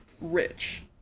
rich